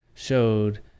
showed